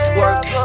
work